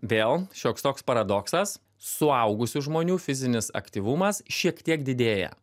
vėl šioks toks paradoksas suaugusių žmonių fizinis aktyvumas šiek tiek didėja